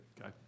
Okay